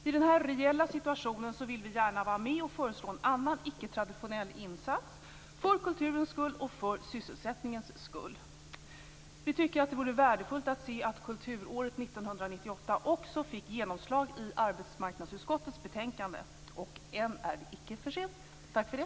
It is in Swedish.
I denna reella situation vill vi gärna vara med och föreslå en annan icke-traditionell insats för kulturens skull och för sysselsättningens skull. Vi tycker att det vore värdefullt om kulturåret 1998 också fick genomslag i arbetsmarknadsutskottets betänkande. Än är det icke för sent.